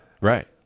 Right